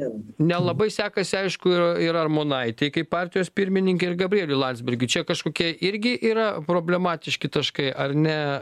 nelabai sekasi aišku ir ir armonaitei kaip partijos pirmininkei ir gabrieliui landsbergiui čia kažkokie irgi yra problematiški taškai ar ne